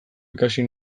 ikasi